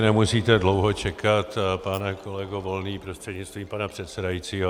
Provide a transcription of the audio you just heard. Nemusíte dlouho čekat, pane kolego Volný prostřednictvím pana předsedajícího.